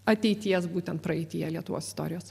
ateities būtent praeityje lietuvos istorijos